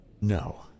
No